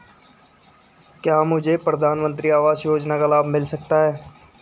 क्या मुझे प्रधानमंत्री आवास योजना का लाभ मिल सकता है?